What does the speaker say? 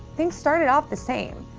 things started off the same.